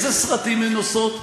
איזה סרטים הן עושות?